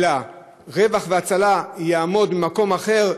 אלא רווח והצלה יעמוד ממקום אחר,